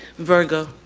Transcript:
virgo